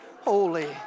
holy